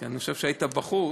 כי אני חושב שהיית בחוץ,